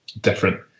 different